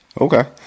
Okay